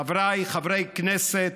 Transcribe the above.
חבריי חברי הכנסת,